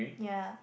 ya